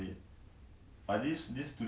I really ran two point four enough already